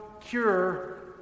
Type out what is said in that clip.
cure